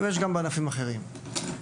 אבל גם בענפים אחרים.